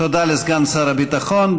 תודה לסגן שר הביטחון.